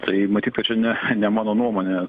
tai matyt kad čia ne ne mano nuomonė